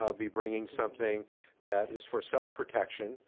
ah be bringing something that is for self-protection,